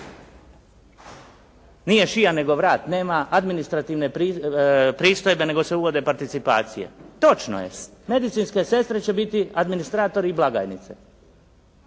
Nije šija, nego vrat. Nema administrativne pristojbe, nego se uvode participacije. Točnost. Medicinske sestre će biti administratori i blagajnice.